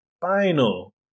final